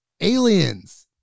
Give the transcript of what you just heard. Aliens